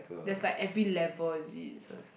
there's like every level is it